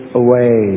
away